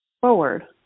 forward